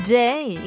day